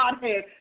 Godhead